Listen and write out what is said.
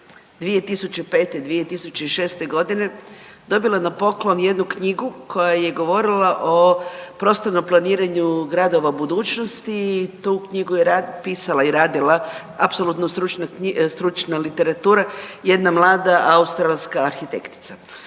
2005., 2006.g. dobila na poklon jednu knjigu koja je govorila o prostornom planiranju gradova budućnosti i tu knjigu je pisala i radila apsolutno stručna literatura jedna mlada australska arhitektica.